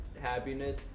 happiness